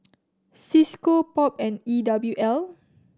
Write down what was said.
Cisco POP and E W L